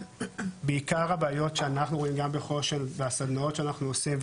בעיקר הבעיות שאנחנו רואים גם בחוש"ן בסדנאות שאנחנו עושים,